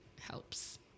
helps